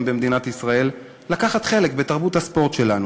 במדינת ישראל לקחת חלק בתרבות הספורט שלנו.